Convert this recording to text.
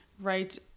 right